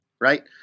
right